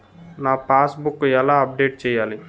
నా passbook ఎలా update చేయాలి?